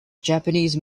japanese